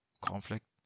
conflict